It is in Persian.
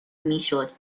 میشد